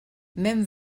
même